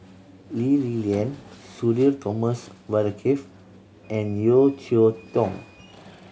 Lee Li Lian Sudhir Thomas Vadaketh and Yeo Cheow Tong